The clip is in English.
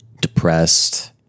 depressed